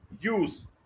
use